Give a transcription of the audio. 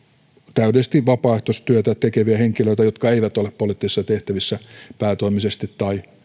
täydellisesti vapaaehtoistyötä tekeviä henkilöitä jotka eivät ole poliittisissa tehtävissä päätoimisesti